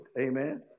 Amen